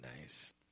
nice